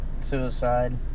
suicide